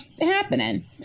happening